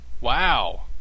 wow